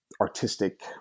artistic